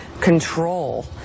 control